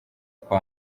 kwa